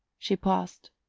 she paused.